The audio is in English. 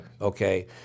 okay